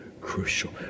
crucial